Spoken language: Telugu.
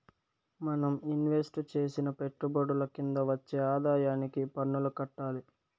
మనం ఇన్వెస్టు చేసిన పెట్టుబడుల కింద వచ్చే ఆదాయానికి పన్నులు కట్టాలి